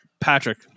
Patrick